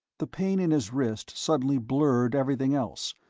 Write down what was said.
the pain in his wrist suddenly blurred everything else,